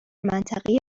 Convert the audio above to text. منطقه